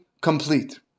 complete